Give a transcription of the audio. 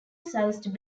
sized